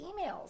emails